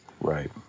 Right